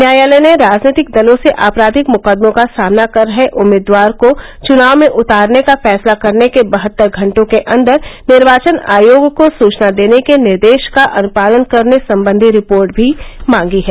न्यायालय ने राजनीतिक दलों से आपराधिक मुकदमों का सामना कर रहे उम्मीदवार को चुनाव में उतारने का फैसला करने के बहत्तर घंटों के अन्दर निर्वाचन आयोग को सूचना देने के निर्देश का अनुपालन करने संबंधी रिपोर्ट भी मांगी है